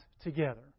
together